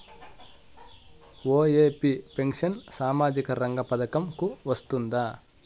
OAP pension సామాజిక రంగ పథకం కు వస్తుందా?